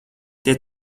tie